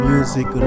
Music